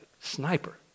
sniper